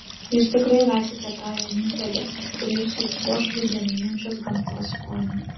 jūs tikrai rasite tą vienintelį kuris jus puoš rudenėjančios gamtos fone